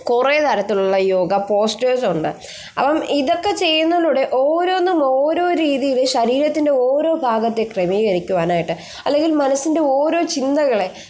കുറേ തരത്തിലുള്ള യോഗ പോസ്റ്റെർസ് ഉണ്ട് അപ്പം ഇതൊക്കെ ചെയ്യുന്നതിലൂടെ ഓരോന്നും ഓരോ രീതിയിൽ ശരീരത്തിൻ്റെ ഓരോ ഭാഗത്തെ ക്രമീകരിക്കുവാനായിട്ട് അല്ലെങ്കിൽ മനസ്സിൻ്റെ ഓരോ ചിന്തകളെ